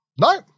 No